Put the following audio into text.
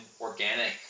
organic